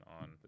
on